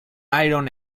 iron